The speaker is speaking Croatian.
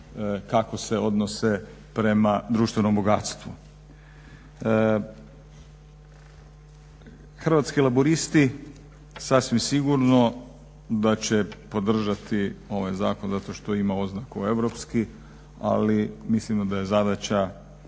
kako se odnose prema društvenom bogatstvu. Hrvatski laburisti sasvim sigurno da će podržati ovaj zakon zato što ima oznaku europski ali mislimo da je zadaća